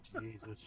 Jesus